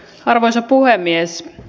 arvoisa puhemies